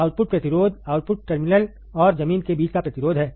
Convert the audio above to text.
output प्रतिरोध output terminal और जमीन के बीच का प्रतिरोध है